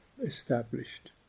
established